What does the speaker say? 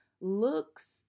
looks